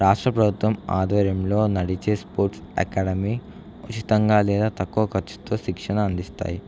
రాష్ట్ర ప్రభుత్వం ఆధ్వర్యంలో నడిచే స్పోర్ట్స్ అకాడమీ ఉచితంగా లేదా తక్కువ ఖర్చుతో శిక్షణ అందిస్తాయి